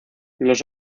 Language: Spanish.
los